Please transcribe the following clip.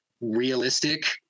realistic